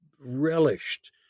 relished